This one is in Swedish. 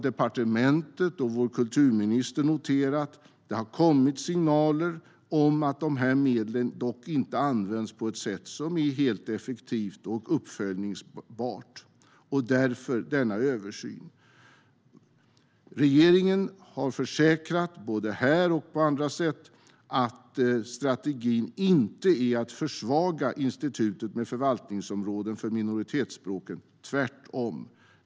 Departementet och vår kulturminister har dock noterat att det har kommit signaler om att dessa medel inte används på ett sätt som är helt effektivt och uppföljbart - därför denna översyn. Regeringen har försäkrat både här och på andra sätt att strategin inte är att försvaga institutet med förvaltningsområden för minoritetsspråken - tvärtom.